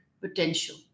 potential